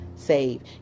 save